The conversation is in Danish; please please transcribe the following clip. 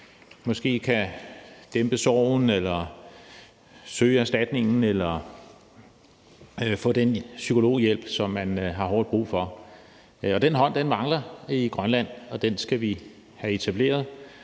måske kan dæmpe sorgen, søge erstatning eller få den psykologhjælp, som man har hårdt brug for. Den hånd mangler i Grønland, og den skal vi have etableret.